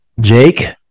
Jake